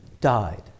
died